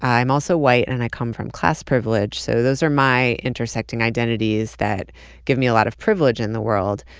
i am also white, and come from class privilege, so those are my intersecting identities that give me a lot of privilege in the world.